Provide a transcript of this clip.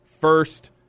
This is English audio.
first